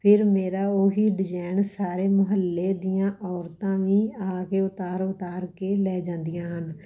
ਫਿਰ ਮੇਰਾ ਉਹੀ ਡਿਜਾਇਨ ਸਾਰੇ ਮੁਹੱਲੇ ਦੀਆਂ ਔਰਤਾਂ ਵੀ ਆ ਕੇ ਉਤਾਰ ਉਤਾਰ ਕੇ ਲੈ ਜਾਂਦੀਆਂ ਹਨ